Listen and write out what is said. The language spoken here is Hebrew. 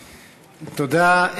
תודה.